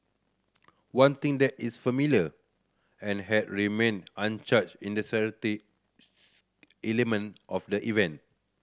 one thing that is familiar and has remained unchanged in the charity element of the event